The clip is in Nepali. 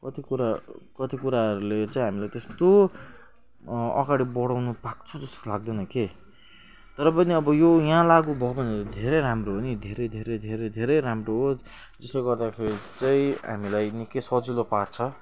कति कुरा कति कुराहरूले चाहिँ हामीलाई त्यस्तो अगाडि बढउनु पाएको छ जस्तो लाग्दैन के तर पनि अब यो यहाँ लागु भयो भने धेरै राम्रो हो नि धेरै धेरै धेरै धेरै राम्रो हो त्यसले गर्दाखेरि चाहिँ हामीलाई निकै सजिलो पार्छ